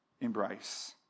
embrace